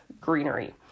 greenery